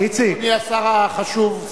אדוני השר החשוב,